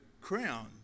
crown